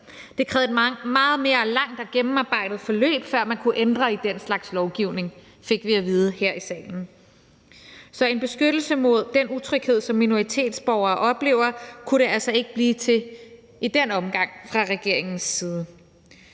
Det krævede meget mere og et langt mere gennemarbejdet forløb, før man kunne ændre i den slags lovgivning, fik vi at vide her i salen. Så en beskyttelse mod den utryghed, som minoritetsborgere oplever, kunne det altså ikke blive til i den omgang fra regeringens side.